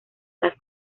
las